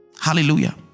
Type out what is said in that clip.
Hallelujah